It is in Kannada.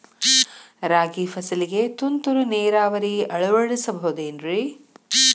ರಾಗಿ ಫಸಲಿಗೆ ತುಂತುರು ನೇರಾವರಿ ಅಳವಡಿಸಬಹುದೇನ್ರಿ?